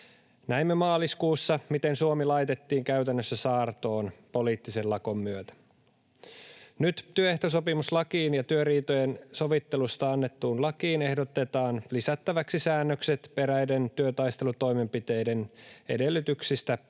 Näimme maaliskuussa, miten Suomi laitettiin käytännössä saartoon poliittisen lakon myötä. Nyt työehtosopimuslakiin ja työriitojen sovittelusta annettuun lakiin ehdotetaan lisättäväksi säännökset eräiden työtaistelutoimenpiteiden edellytyksistä